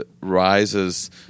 rises